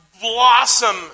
blossom